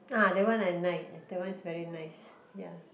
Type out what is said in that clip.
ah that one I ni~ that one is very nice ya